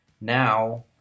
Now